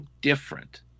different